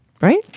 Right